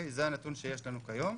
זה הנתון שיש לנו כיום.